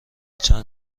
چند